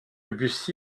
bussy